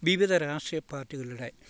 വിവിധ രാഷ്ട്രീയ പാർട്ടികളുടെ